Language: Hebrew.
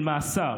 של מאסר.